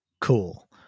cool